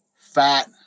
fat